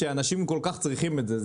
כשאנשים כל כך צריכים את זה.